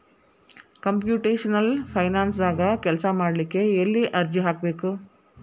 Computational ಫೈನಾನ್ಸನ್ಯಾಗ ಕೆಲ್ಸಾಮಾಡ್ಲಿಕ್ಕೆ ಎಲ್ಲೆ ಅರ್ಜಿ ಹಾಕ್ಬೇಕು?